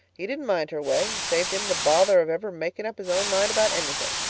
he didn't mind her way. it saved him the bother of ever making up his own mind about anything.